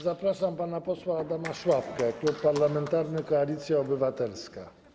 Zapraszam pana posła Adama Szłapkę, Klub Parlamentarny Koalicja Obywatelska.